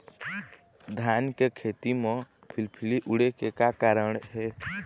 धान के खेती म फिलफिली उड़े के का कारण हे?